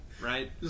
Right